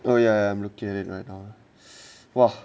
oh ya I'm looking at it right now !wah!